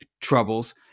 troubles –